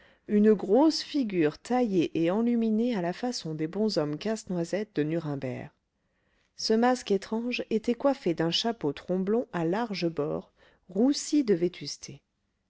une grosse figure taillée et enluminée à la façon des bonshommes casse noisettes de nuremberg ce masque étrange était coiffé d'un chapeau tromblon à larges bords roussi de vétusté